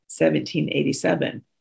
1787